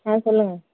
ஆ சொல்லுங்கள்